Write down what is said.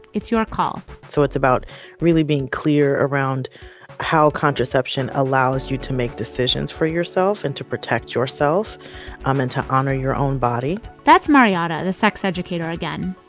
it's your call so it's about really being clear around how contraception allows you to make decisions for yourself and to protect yourself um and to honor your own body that's mariotta the sex educator again.